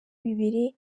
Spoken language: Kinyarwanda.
bibiri